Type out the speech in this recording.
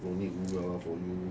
no need 五秒 lah for you